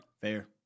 Fair